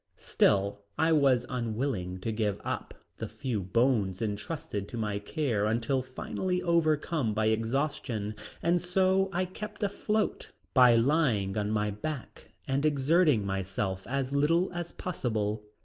still i was unwilling to give up the few bones entrusted to my care until finally overcome by exhaustion and so i kept afloat by lying on my back and exerting myself as little as possible.